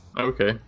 Okay